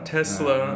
Tesla